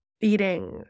eating